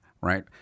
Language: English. right